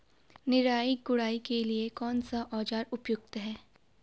निराई गुड़ाई के लिए कौन सा औज़ार उपयुक्त है?